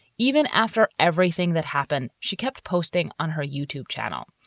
even after everything that happened, she kept posting on her youtube channel.